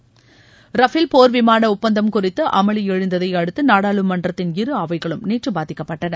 Rafale போர் விமான ஒப்பந்தம் குறித்து அமளி எழுந்ததை அடுத்து நாடாளுமன்றத்தின் இரு அவைகளும் நேற்று பாதிக்கப்பட்டன